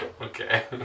Okay